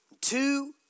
two